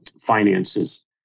finances